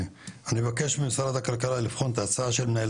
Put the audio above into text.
אני מבקש ממשרד הכלכלה לבחון את ההצעה של מנהל